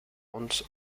ponds